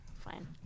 Fine